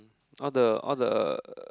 all the all the